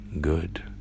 Good